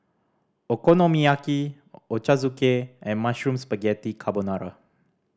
Okonomiyaki Ochazuke and Mushroom Spaghetti Carbonara